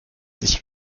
sich